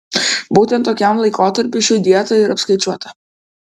būtent tokiam laikotarpiui ši dieta ir apskaičiuota